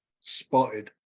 spotted